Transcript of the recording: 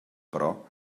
però